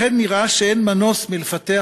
לכן נראה שאין מנוס מלפתח,